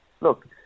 look